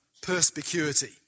perspicuity